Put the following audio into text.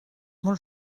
molt